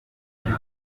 mwana